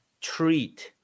treat